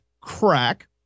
crack